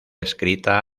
escrita